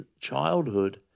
childhood